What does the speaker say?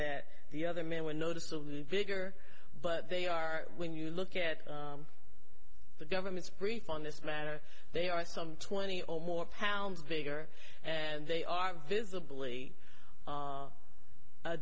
that the other men were noticeably bigger but they are when you look at the government's brief on this matter they are some twenty or more pounds bigger and they are visibly